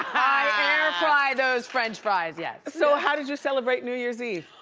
i air fry those french fries, yes. so, how did you celebrate new year's eve?